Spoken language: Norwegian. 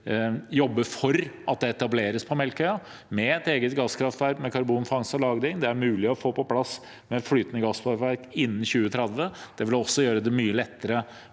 jobbe for, at det etableres et eget gasskraftverk på Melkøya med karbonfangst og -lagring. Det er mulig å få på plass et flytende gasskraftverk innen 2030. Det vil også gjøre det mye lettere